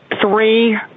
three